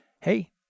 hey